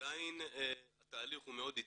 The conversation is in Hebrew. עדיין התהליך הוא מאוד איטי.